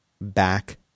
back